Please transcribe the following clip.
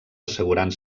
assegurant